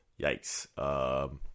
yikes